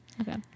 Okay